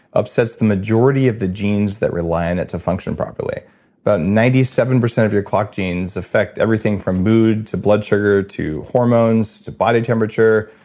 upsets the majority of the genes that rely on it to function properly about but ninety seven percent of your clock genes affect everything from mood, to blood sugar, to hormones, to body temperature.